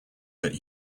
that